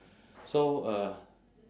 so uh